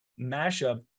mashup